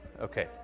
Okay